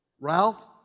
Ralph